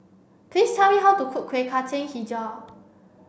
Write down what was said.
please tell me how to cook Kueh Kacang Hijau